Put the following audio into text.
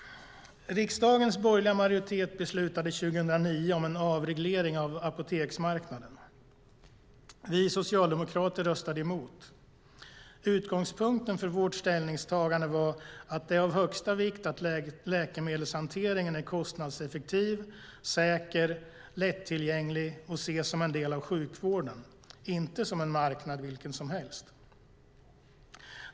Riksdagens borgerliga majoritet beslutade 2009 om en avreglering av apoteksmarknaden. Vi socialdemokrater röstade emot. Utgångspunkten för vårt ställningstagande var att det är av största vikt att läkemedelshanteringen är kostnadseffektiv, säker, lättillgänglig och ses som en del av sjukvården och inte som en marknad vilken som helst.